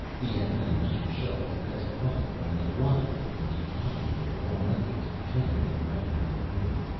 he had managed to shove his best file and a lockpick into hiding there while mikah was betraying him back in their room.